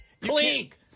Clink